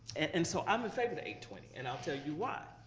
and so i'm afraid of eight twenty and i'll tell you why.